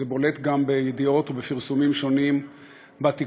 זה בולט גם בידיעות ובפרסומים שונים בתקשורת: